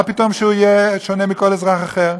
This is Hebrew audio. מה פתאום שהוא יהיה שונה מכל אזרח אחר?